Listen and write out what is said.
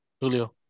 Julio